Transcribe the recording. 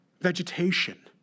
vegetation